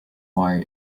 more